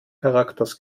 charakters